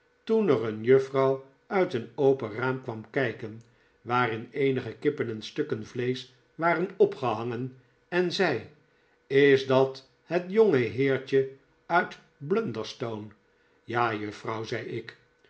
toen er een juffrouw uit een open raam kwam kijken waarin eenige kippen en stukken yleesch waren opgehangen en zei is dat het jongeheertje iiit blunderstone ja juffrouw zei ik